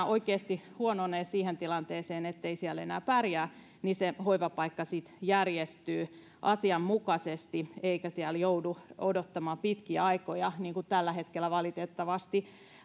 oikeasti huononee siihen tilanteeseen ettei siellä enää pärjää niin se hoivapaikka sitten järjestyy asianmukaisesti eikä siellä joudu odottamaan pitkiä aikoja niin kuin tällä hetkellä valitettavasti